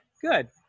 Good